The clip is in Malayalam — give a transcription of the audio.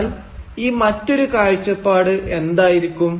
എന്നാൽ ഈ മറ്റൊരു കാഴ്ചപ്പാട് എന്തായിരിക്കും